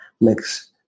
mix